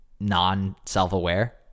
non-self-aware